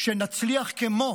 שנצליח, כמו